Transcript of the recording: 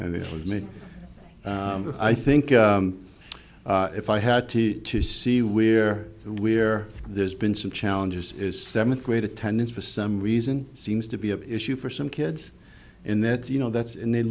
and it was me i think if i had to see where where there's been some challenges is seventh grade attendance for some reason seems to be an issue for some kids and that's you know that's and they